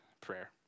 prayer